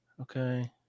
okay